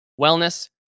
wellness